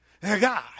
God